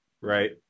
right